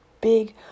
big